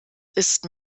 ist